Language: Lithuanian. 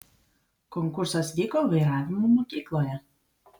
konkursas vyko vairavimo mokykloje